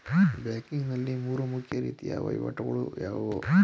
Banking ನಲ್ಲಿ ಮೂರು ಮುಖ್ಯ ರೀತಿಯ ವಹಿವಾಟುಗಳು ಯಾವುವು?